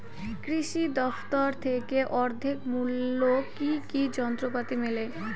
কৃষি দফতর থেকে অর্ধেক মূল্য কি কি যন্ত্রপাতি মেলে?